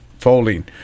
folding